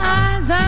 eyes